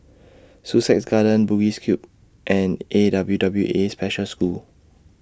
Sussex Garden Bugis Cube and A W W A Special School